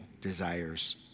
desires